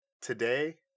today